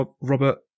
Robert